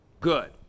good